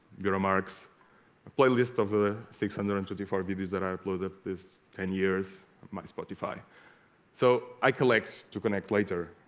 bureau marks a playlist of the six hundred and thirty four videos that i uploaded this ten years my spotify so i collect to connect later